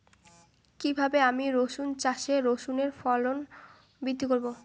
কীভাবে আমি রসুন চাষে রসুনের ফলন বৃদ্ধি করব?